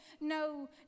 no